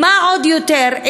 ועוד יותר,